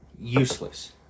useless